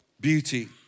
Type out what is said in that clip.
beauty